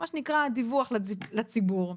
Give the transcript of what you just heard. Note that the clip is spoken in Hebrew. מה שנקרא דיווח לציבור.